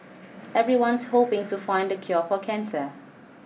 everyone's hoping to find the cure for cancer